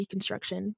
deconstruction